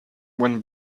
when